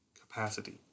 capacity